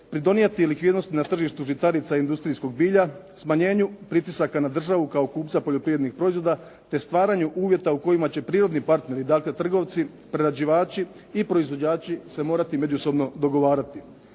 pridonijeti likvidnosti na tržištu žitarica i industrijskog bilja, smanjenju pritisaka na državu kao kupca poljoprivrednih proizvoda te stvaranju uvjeta u kojima će prirodni partneri, dakle trgovci, prerađivači i proizvođači se morati međusobno dogovarati.